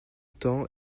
temps